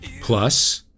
Plus